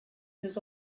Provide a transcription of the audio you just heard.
his